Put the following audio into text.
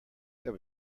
there